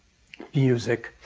music,